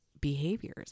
Behaviors